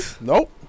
Nope